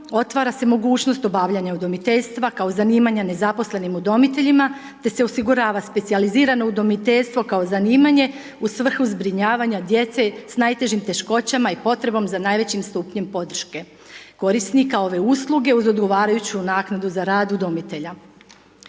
otvara se mogućnost obavljanja udomiteljstva kao zanimanja nezaposlenim udomiteljima, te se osigurava specijalizirano udomiteljstvo kao zanimanje u svrhu zbrinjavanja djece s najtežim teškoćama i potrebom za najvećim stupnjem podrške korisnika ove usluge uz odgovarajuću naknadu za rad udomitelja.